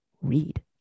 read